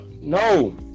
no